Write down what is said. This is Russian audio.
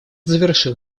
завершил